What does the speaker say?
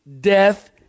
death